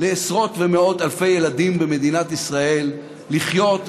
לעשרות ומאות אלפי ילדים במדינת ישראל לחיות,